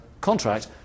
Contract